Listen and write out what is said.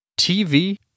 TV